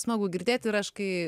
smagu girdėti ir aš kai